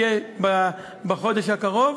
שתהיה בחודש הקרוב,